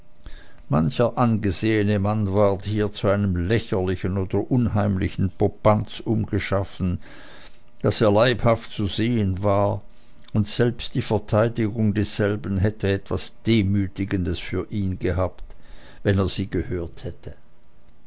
mancher angesehene mann ward hier zu einem lächerlichen oder unheimlichen popanz umgeschaffen daß er leibhaft zu sehen war und selbst die verteidigung desselben hätte etwas demütigendes für ihn gehabt wenn er sie gehört hätte